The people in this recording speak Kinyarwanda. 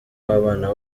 w’abana